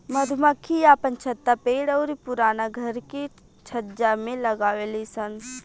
मधुमक्खी आपन छत्ता पेड़ अउरी पुराना घर के छज्जा में लगावे लिसन